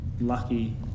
lucky